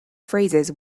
phrases